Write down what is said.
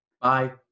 bye